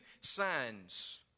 signs